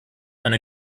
eine